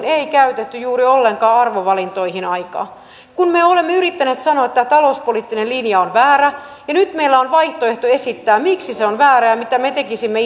ei käytetty juuri ollenkaan arvovalintoihin aikaa kun me olemme yrittäneet sanoa että tämä talouspoliittinen linja on väärä ja nyt meillä on vaihtoehto esittää miksi se on väärä ja mitä me tekisimme